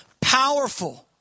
powerful